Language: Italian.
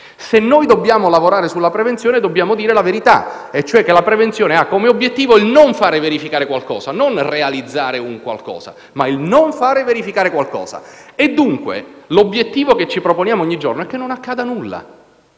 Se noi dobbiamo lavorare sulla prevenzione, dobbiamo dire la verità, e cioè che la prevenzione ha come obiettivo il non far verificare qualcosa: non realizzare un qualcosa, ma - lo ripeto - non far verificare qualcosa. Dunque, l'obiettivo che ci proponiamo ogni giorno è che non accada nulla.